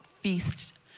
feast